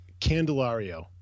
Candelario